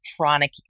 chronic